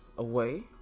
Away